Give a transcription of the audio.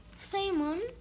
Simon